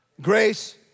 Grace